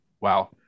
wow